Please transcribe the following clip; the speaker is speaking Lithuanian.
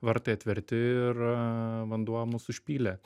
vartai atverti ir vanduo mus užpylė